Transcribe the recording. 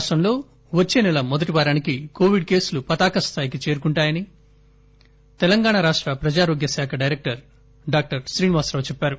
రాష్టంలో వచ్చే నెల మొదటి వారానికి కోవిడ్ కేసులు పతాకస్థాయికి చేరుకుంటాయని తెలంగాణ రాష్ట ప్రజారోగ్య శాఖ డైరెక్టర్ డాక్టర్ శ్రీనివాసరావు తెలిపారు